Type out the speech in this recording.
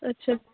اچھا